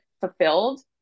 fulfilled